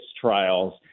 trials